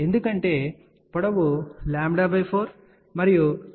ఎందుకంటే పొడవు λ4 మరియు ఫేజ్ θ β l